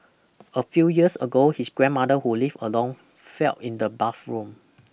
a few years ago his grandmother who lived alone felt in the bathroom